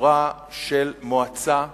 בצורה של מועצה אקזקוטיבית,